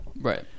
Right